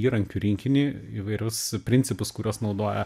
įrankių rinkinį įvairius principus kuriuos naudoja